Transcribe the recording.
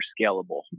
scalable